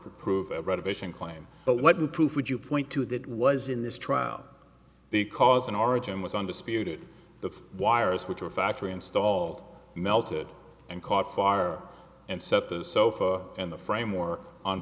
to prove a reservation claim but what do proof would you point to that was in this trial the cause and origin was undisputed the wires which were factory installed melted and caught fire and set the sofa in the frame or on